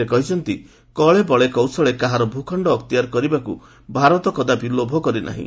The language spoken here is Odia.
ସେ କହିଛନ୍ତି କଳେ ବଳେ କୌଶଳେ କାହାର ଭୂଖଣ୍ଡ ଅକ୍ତିଆର କରିବାକୁ ଭାରତ କଦାପି ଲୋଭ କରି ନାହିଁ